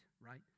right